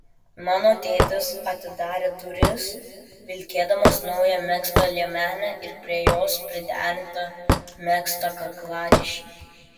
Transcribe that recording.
mano tėtis atidarė duris vilkėdamas naują megztą liemenę ir prie jos priderintą megztą kaklaryšį